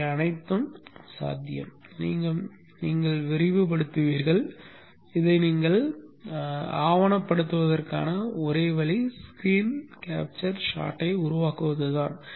இவை அனைத்தும் சாத்தியம் நீங்கள் விரிவுபடுத்துவீர்கள் இதை நீங்கள் ஆவணப்படுத்துவதற்கான ஒரே வழி ஸ்கிரீன் கேப்சர் ஷாட்டை உருவாக்குவதுதான்